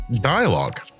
dialogue